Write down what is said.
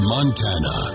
Montana